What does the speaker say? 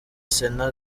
sena